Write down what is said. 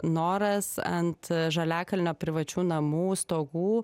noras ant žaliakalnio privačių namų stogų